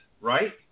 right